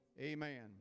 Amen